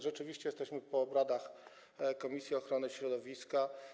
Rzeczywiście jesteśmy po obradach komisji ochrony środowiska.